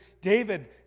David